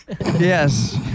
Yes